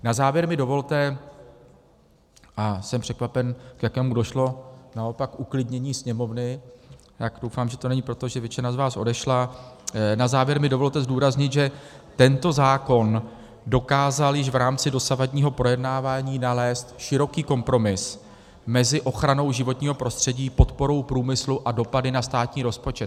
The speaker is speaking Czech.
Na závěr mi dovolte a jsem překvapen, k jakému došlo naopak uklidnění sněmovny, tak doufám, že to není proto, že většina z vás odešla na závěr mi dovolte zdůraznit, že tento zákon dokázal již v rámci dosavadního projednávání nalézt široký kompromis mezi ochranou životního prostředí, podporou průmyslu a dopady na státní rozpočet.